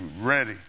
ready